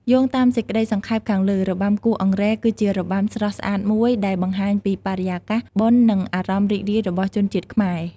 យោងតាមសេចក្តីសង្ខេបខាងលើ របាំគោះអង្រែ គឺជារបាំស្រស់ស្អាតមួយដែលបង្ហាញពីបរិយាកាសបុណ្យនិងអារម្មណ៍រីករាយរបស់ជនជាតិខ្មែរ។